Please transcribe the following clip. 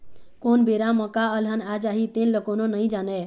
कोन बेरा म का अलहन आ जाही तेन ल कोनो नइ जानय